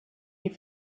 die